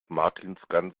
martinsgans